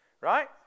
right